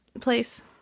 place